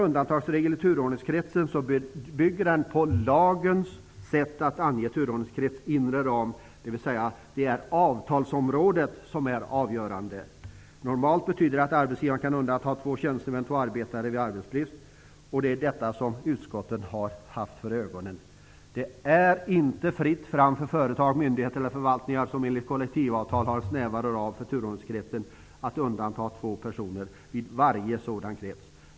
Undantagsregeln i turordningskretsen bygger på det som anges i lagen om turordningskretsens inre ram, dvs. att det är ''avtalsområdet'' som är avgörande. Normalt betyder det att arbetsgivaren kan undanta två tjänstemän och två arbetare vid arbetsbrist. Det är detta som utskotten har haft för ögonen. Det är inte fritt fram för företag, myndigheter eller förvaltningar, som enligt kollektivavtal har en snävare ram för turordningskretsen, att undanta två personer vid varje sådan krets.